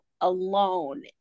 alone